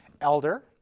elder